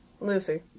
Lucy